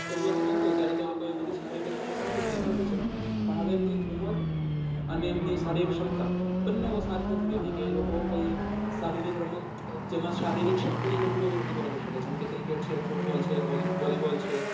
એમનો સમય હોય ત્યારે તો એ લોકો બધી શારીરિક રમતો રમી લીધી હોય છે પણ હવે એમની ઉમર અને એમની શારીરિક ક્ષમતા બંનેઓ સાથ નથી દેતી કે એ લોકો કોઈ એક શારીરિક રમત જેમાં શારીરિક શક્તિની જરૂર હોય એવી રમતો રમી શકે જેમકે ક્રિકેટ છે ફૂટબોલ છે હોલી વૉલી બોલ છે